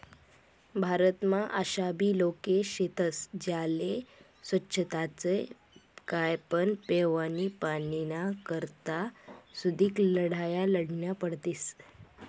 भारतमा आशाबी लोके शेतस ज्यास्ले सोच्छताच काय पण पेवानी पाणीना करता सुदीक लढाया लढन्या पडतीस